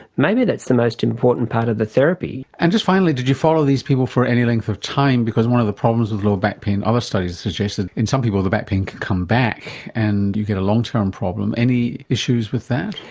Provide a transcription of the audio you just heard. maybe that's the most important part of the therapy. and just finally, did you follow these for any length of time? because one of the problems with low back pain, other studies have suggested in some people the back pain can come back and you get a long term problem. any issues with that?